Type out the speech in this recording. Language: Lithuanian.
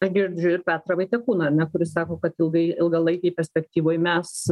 na girdžiu ir petrą vaitiekūną ar ne kuris sako kad ilgai ilgalaikėj perspektyvoj mes